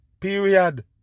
Period